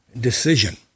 decision